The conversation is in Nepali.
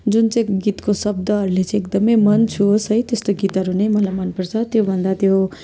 जुन चाहिँ गीतको शब्दहरूले एकदमै मन छोओस् है त्यस्तो गीतहरू नै मलाई मनपर्छ त्यो भन्दा त्यो